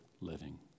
living